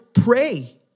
pray